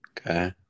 Okay